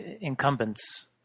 incumbents –